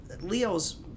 Leo's